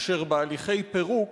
אשר בהליכי פירוק,